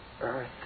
earth